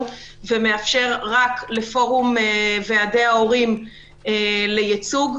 ומאפשר רק לפורום ועדי ההורים לייצוג.